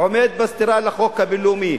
עומד בסתירה לחוק הבין-לאומי,